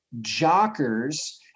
jockers